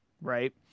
right